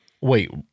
Wait